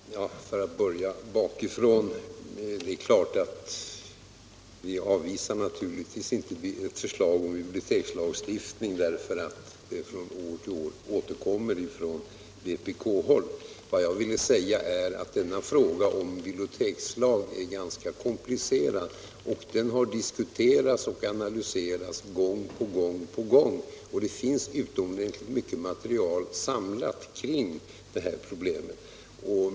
Herr talman! För att börja bakifrån: Vi avvisar naturligtvis inte ett förslag om bibliotekslagstiftning därför att det år från år återkommer från vpk-håll. Vad jag ville säga är att denna fråga om bibliotekslag är ganska komplicerad. Den har diskuterats och analyserats gång på gång, och det finns utomordentligt mycket material samlat kring de här problemen.